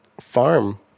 farm